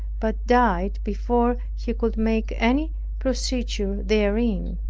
but died before he could make any procedure therein.